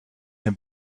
can